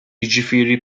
jiġifieri